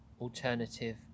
alternative